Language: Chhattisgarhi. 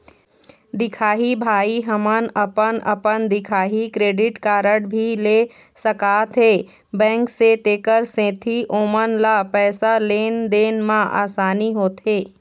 दिखाही भाई हमन अपन अपन दिखाही क्रेडिट कारड भी ले सकाथे बैंक से तेकर सेंथी ओमन ला पैसा लेन देन मा आसानी होथे?